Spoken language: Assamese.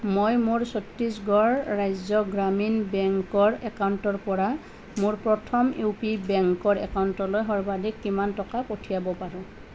মই মোৰ ছত্তিশগড় ৰাজ্য গ্ৰামীণ বেংকৰ একাউণ্টৰ পৰা মোৰ প্ৰথম ইউ পি বেংকৰ একাউণ্টলৈ সৰ্বাধিক কিমান টকা পঠিয়াব পাৰোঁ